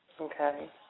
Okay